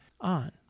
on